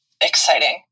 exciting